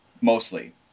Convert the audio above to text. mostly